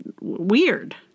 weird